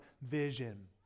vision